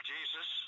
Jesus